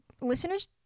Listeners